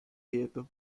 lieto